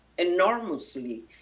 enormously